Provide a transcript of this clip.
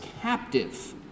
captive